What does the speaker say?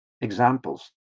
examples